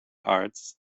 arts